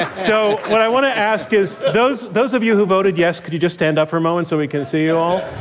so, what i want to ask is, those those of you who voted yes, could you just stand up for a moment so we can see? okay. all